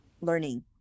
learning